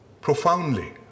profoundly